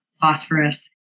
phosphorus